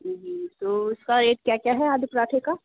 तो इसका रेट क्या क्या है आलू पराठे का